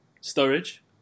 Storage